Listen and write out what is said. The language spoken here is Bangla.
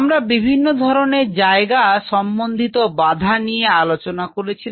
আমরা বিভিন্ন ধরনের জায়গা সম্বন্ধিত বাধা নিয়ে আলোচনা করেছিলাম